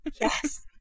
Yes